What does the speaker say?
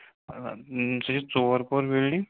آ سُہ چھُ ژور پور بِلڈِنٛگ